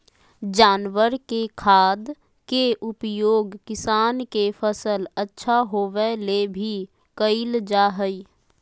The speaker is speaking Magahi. जानवर के खाद के उपयोग किसान के फसल अच्छा होबै ले भी कइल जा हइ